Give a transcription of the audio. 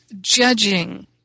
judging